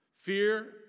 Fear